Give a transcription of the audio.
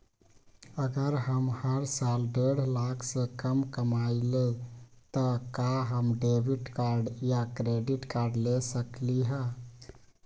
अगर हम हर साल डेढ़ लाख से कम कमावईले त का हम डेबिट कार्ड या क्रेडिट कार्ड ले सकली ह?